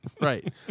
Right